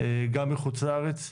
גם מחוץ לארץ,